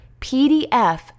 PDF